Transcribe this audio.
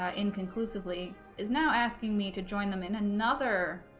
ah inconclusively is now asking me to join them in another